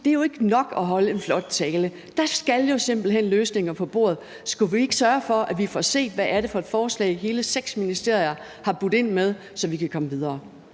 at det jo ikke er nok at holde en flot tale; der skal jo simpelt hen løsninger på bordet. Skulle vi ikke sørge for, at vi får set, hvad det er for et forslag, som hele seks ministerier har budt ind med, så vi kan komme videre?